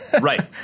Right